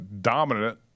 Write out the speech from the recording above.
dominant